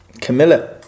Camilla